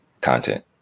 content